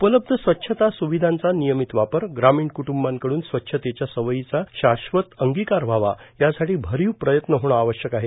उपलब्ध स्वच्छता स्विधांचा नियमित वापर ग्रामीण कृटुंबाकड्रन स्वच्छतेच्या सवयीचा शाश्वत अंगीकार व्हावा यासाठी भरीव प्रयत्न होणे आवश्यक आहे